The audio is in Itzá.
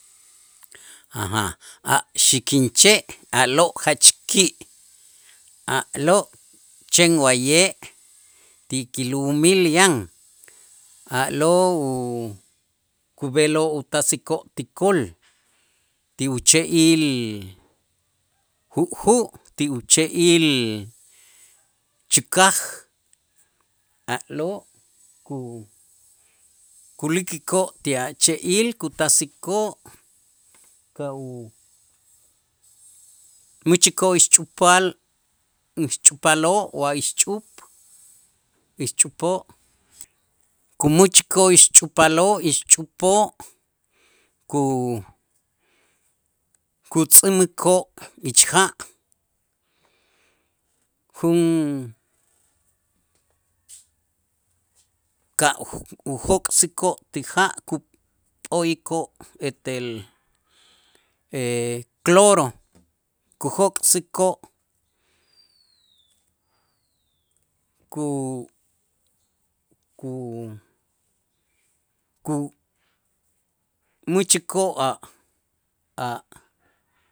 A' xikinche' a'lo' jach ki' a'lo' chen wa'ye' ti kilu'umil yan, a'lo' u kub'eloo' utasikoo' ti kol ti uche'il ju'ju', ti uche'il chäkaj a'lo' ku- kulikikoo' ti a' che'il kutasikoo' ka' u mächikoo' ixch'upaal ixch'upaaloo' wa ixch'up, ixch'upoo' kumächikoo' ixch'upaaloo' ixch'upoo' ku- kutz'ämikoo' ich ja' jun ka' ujok'sikoo' ti ja' kup'o'ikoo' etel cloro kujok'sikoo' ku- ku- kumächikoo' a' a'